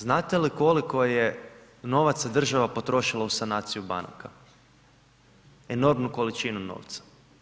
Znate li koliko je novaca država potrošila u sanaciju banaka enormnu količinu novaca.